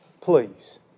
Please